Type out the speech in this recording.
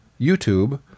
YouTube